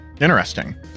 Interesting